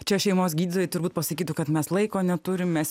čia šeimos gydytojai turbūt pasakytų kad mes laiko neturim mes